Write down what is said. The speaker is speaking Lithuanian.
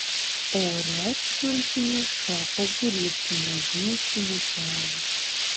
ore čiulkinį šoko būrys mažyčių muselių